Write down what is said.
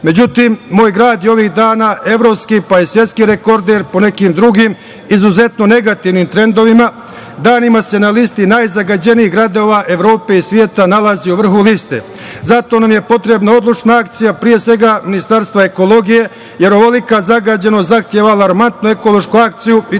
svetu.Međutim, moj grad je ovih dana evropski, pa je svetski rekorder u nekim drugim, izuzetno negativnim trendovima, danima se na listi najzagađenijih gradova Evrope i sveta nalazi na vrhu liste. Zato nam je potrebna odlučna akcija, pre svega Ministarstva ekologije, jer ovolika zagađenost zahteva alarmantnu ekološku akciju i